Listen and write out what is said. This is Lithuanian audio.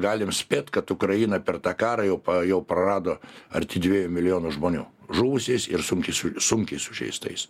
galim spėt kad ukraina per tą karą jau jau prarado arti dviejų milijonų žmonių žuvusiais ir sunkiai su sunkiai sužeistais